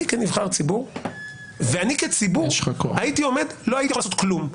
אני כנבחר ציבור ואני כציבור לא הייתי יכול לעשות כלום.